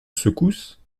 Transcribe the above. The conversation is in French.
secousse